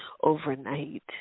overnight